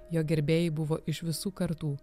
jo gerbėjai buvo iš visų kartų